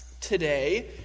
today